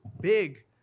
big